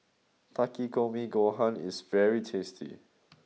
Takikomi Gohan is very tasty